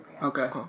Okay